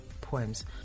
poems